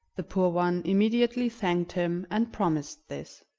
the poor one immediately thanked him, and promised this.